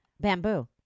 bamboo